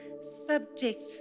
subject